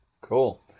Cool